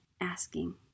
asking